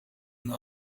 een